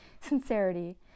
sincerity